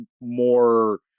more